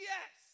Yes